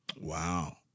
Wow